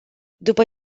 după